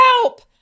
Help